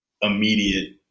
immediate